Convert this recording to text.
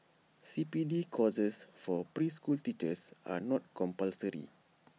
C P D courses for preschool teachers are not compulsory